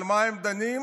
על מה הם דנים?